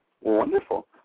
Wonderful